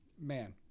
Man